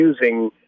using